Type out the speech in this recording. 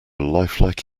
lifelike